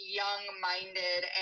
young-minded